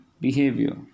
behavior